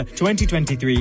2023